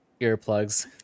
earplugs